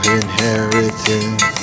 inheritance